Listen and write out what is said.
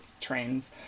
trains